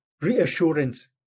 reassurance